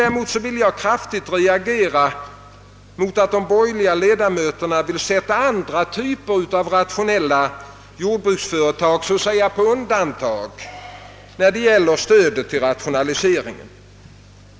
Däremot vill jag kraftigt reagera mot att de bor gerliga ledamöterna önskar sätta andra typer av rationella jordbruksföretag så att säga på undantag när det gäller stödet till rationalisering.